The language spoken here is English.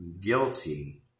guilty